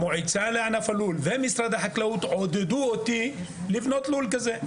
המועצה לענף הלול ומשרד החקלאות עודדו אותי לבנות לול כזה.